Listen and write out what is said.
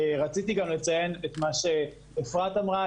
רציתי לציין גם את מה שאפרת אמרה.